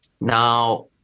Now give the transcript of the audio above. Now